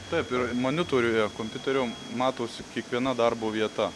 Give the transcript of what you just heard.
taip ir monitoriuje kompiuteriu matosi kiekviena darbo vieta